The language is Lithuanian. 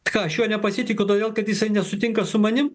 ką aš juo nepasitikiu todėl kad jisai nesutinka su manim